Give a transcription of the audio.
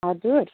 हजुर